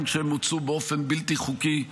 גם כשהוצאו באופן בלתי חוקי,